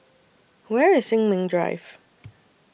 Where IS Sin Ming Drive